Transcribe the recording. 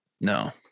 no